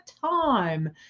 time